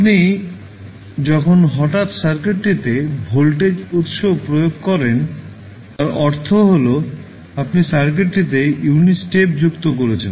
আপনি যখন হঠাৎ সার্কিটটিতে ভোল্টেজ উত্স প্রয়োগ করেন তার অর্থ হল আপনি সার্কিটটিতে ইউনিট স্টেপ যুক্ত করছেন